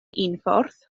unffordd